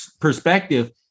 perspective